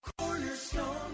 cornerstone